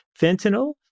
fentanyl